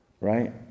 right